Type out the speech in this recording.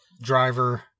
Driver